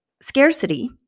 scarcity –